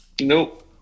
Nope